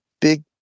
big